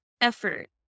effort